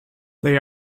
they